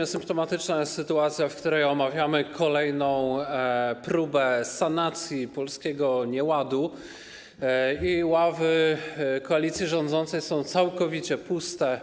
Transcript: To symptomatyczna sytuacja, że omawiamy kolejną próbę sanacji polskiego nieładu, a ławy koalicji rządzącej są całkowicie puste.